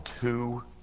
two